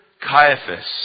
Caiaphas